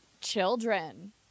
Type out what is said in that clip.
children